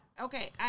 okay